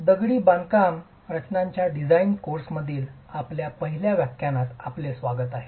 दगडी बांधकाम रचनांच्या डिझाईन कोर्स मधील आमच्या पहिल्या व्याख्यानात आपले स्वागत आहे